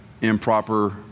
improper